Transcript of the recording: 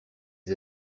les